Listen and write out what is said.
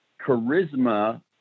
charisma